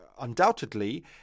undoubtedly